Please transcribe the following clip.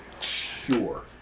Sure